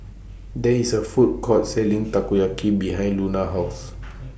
There IS A Food Court Selling Takoyaki behind Luna's House